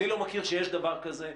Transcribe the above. אני לא מכיר שיש דבר כזה.